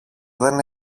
δεν